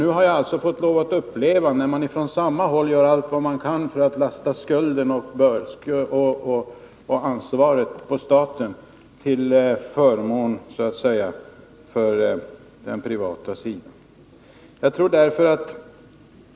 Nu har jag fått uppleva hur man från samma håll gör allt för att lasta skulden och ansvaret på staten, till förmån för den privata sidan.